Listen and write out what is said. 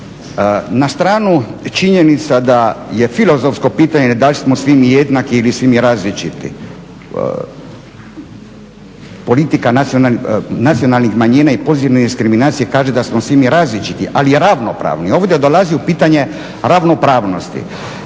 Na stranu činjenica da je filozofsko pitanje dal smo svi mi jednaki ili svi mi različiti, politika nacionalnih manjina i pozitivne diskriminacije da smo svi mi različiti ali ravnopravni. Ovdje dolazi u pitanje ravnopravnosti.